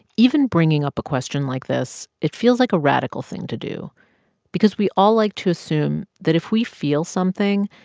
even bringing up a question like this, it feels like a radical thing to do because we all like to assume that if we feel something,